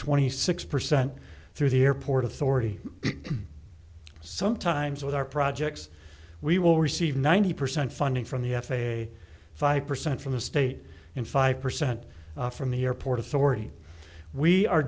twenty six percent through the airport authority sometimes with our projects we will receive ninety percent funding from the f a a five percent from the state and five percent from the airport authority we